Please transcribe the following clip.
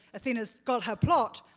athena's got her plot.